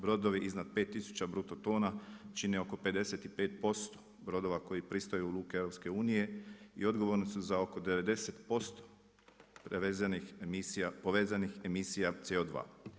Brodovi iznad 5 tisuća bruto tona čine oko 55% brodova, koji pristaju u luke EU i odgovorni su za oko 90% povezanih emisija CO2.